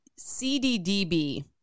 CDDB